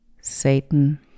Satan